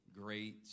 great